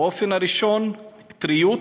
האופן הראשון, טריות.